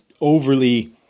overly